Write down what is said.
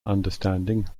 understanding